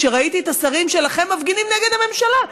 כשראיתי את השרים שלכם מפגינים נגד הממשלה.